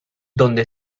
donde